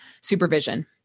supervision